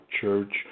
church